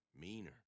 meaner